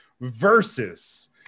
Versus